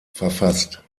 verfasst